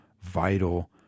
vital